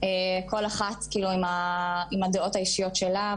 כל אחת עם הדעות האישיות שלה,